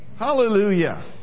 Hallelujah